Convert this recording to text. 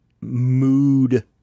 mood